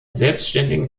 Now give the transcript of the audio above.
selbständigen